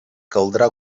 caldrà